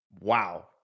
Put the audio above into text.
wow